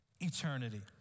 eternity